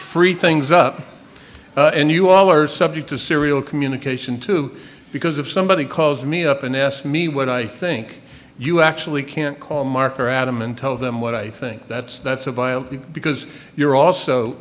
free things up and you all are subject to serial communication too because if somebody calls me up and asked me what i think you actually can't call mark or adam and tell them what i think that's that's a viable because you're also